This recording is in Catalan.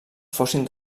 fossin